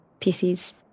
pieces